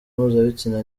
mpuzabitsina